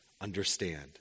understand